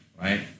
right